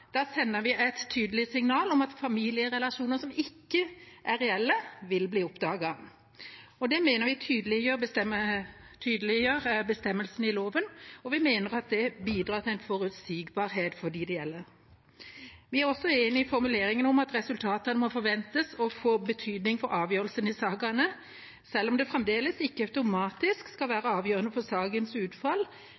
sender vi et tydelig signal om at familierelasjoner som ikke er reelle, vil bli oppdaget. Det mener vi bestemmelsen i loven tydeliggjør, og vi mener at det bidrar til forutsigbarhet for dem det gjelder. Vi er også enig i formuleringen om at resultatet må forventes å få betydning for avgjørelsen i sakene, selv om det fremdeles ikke automatisk skal